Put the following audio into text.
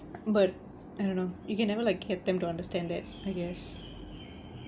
but I don't know you can never like get them to understand that I guess